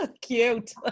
cute